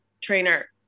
trainer